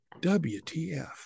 WTF